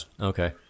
okay